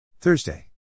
Thursday